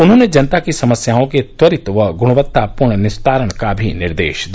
उन्होंने जनता की समस्याओं के त्वरित व गुणवत्तापूर्ण निस्तारण का निर्देश भी दिया